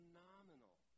phenomenal